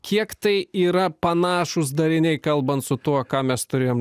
kiek tai yra panašūs dariniai kalbant su tuo ką mes turėjom